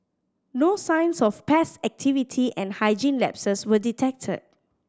no signs of pest activity and hygiene lapses were detected